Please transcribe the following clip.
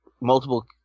multiple